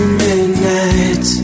midnight